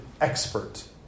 expert